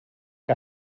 que